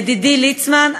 ידידי ליצמן,